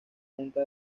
junta